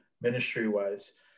ministry-wise